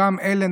אותם אלה,